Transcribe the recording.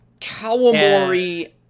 Kawamori